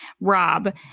Rob